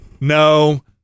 No